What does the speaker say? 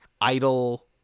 idle